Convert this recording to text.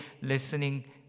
listening